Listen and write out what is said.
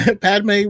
Padme